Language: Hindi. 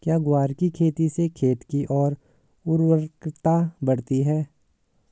क्या ग्वार की खेती से खेत की ओर उर्वरकता बढ़ती है?